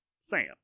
Sam